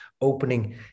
opening